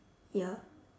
ya